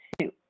two